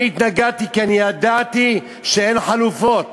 אני התנגדתי, כי ידעתי שאין חלופות